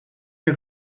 der